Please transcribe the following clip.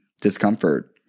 discomfort